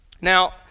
Now